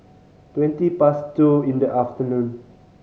twenty past two in the afternoon